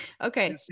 Okay